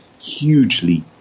hugely